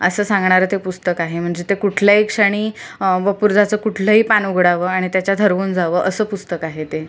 असं सांगणारं ते पुस्तक आहे म्हणजे ते कुठल्याही क्षणी वपुर्झाचं कुठलंही पान उघडावं आणि त्याच्यात हरवून जावं असं पुस्तक आहे ते